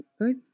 good